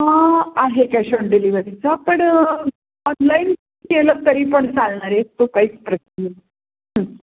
हां आहे cash on डिलिव्हरीचा पण ऑनलाईन केलंत तरी पण चालणार आहे तो काहीच प्रश्न